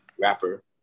rapper